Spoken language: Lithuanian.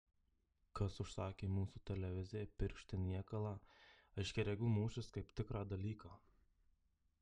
kas užsakė mūsų televizijai piršti niekalą aiškiaregių mūšis kaip tikrą dalyką